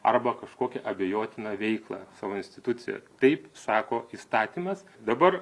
arba kažkokią abejotiną veiklą savo institucijoje taip sako įstatymas dabar